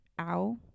ow